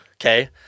Okay